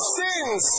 sins